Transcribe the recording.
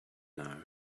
now